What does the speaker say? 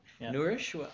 Nourish